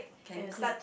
can click